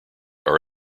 are